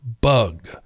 bug